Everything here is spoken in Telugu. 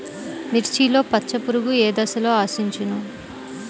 మిర్చిలో పచ్చ పురుగు ఏ దశలో ఆశించును?